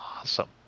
awesome